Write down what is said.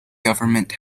government